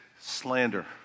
slander